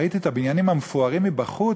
ראיתי את הבניינים המפוארים מבחוץ,